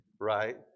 right